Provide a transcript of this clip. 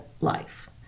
life